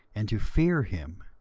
and to fear him.